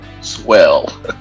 swell